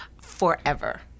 forever